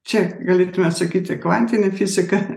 čia galėtume sakyti kvantinė fizika